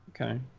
Okay